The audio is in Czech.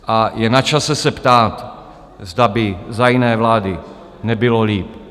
A je načase se ptát, zda by za jiné vlády nebylo líp.